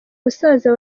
musaza